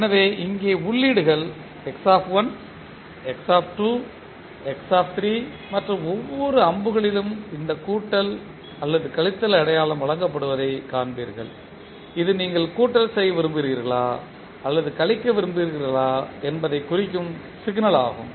எனவே இங்கே உள்ளீடுகள் X X X மற்றும் ஒவ்வொரு அம்புகளிலும் இந்த கூட்டல் அல்லது கழித்தல் அடையாளம் வழங்கப்படுவதைக் காண்பீர்கள் இது நீங்கள் கூட்டல் செய்ய விரும்புகிறீர்களா அல்லது கழிக்க விரும்புகிறீர்களா என்பதைக் குறிக்கும் சிக்னல் ஆகும்